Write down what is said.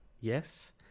Yes